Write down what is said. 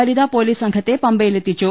വനിതാ പൊലീസ് സംഘത്തെ പമ്പയിലെത്തിച്ചു